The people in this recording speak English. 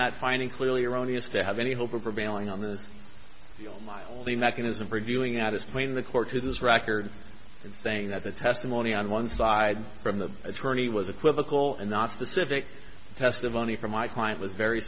that finding clearly erroneous to have any hope of prevailing on this mildly mechanism for viewing at this point in the court is this record and saying that the testimony on one side from the attorney was equivocal and nonspecific testimony from my client was very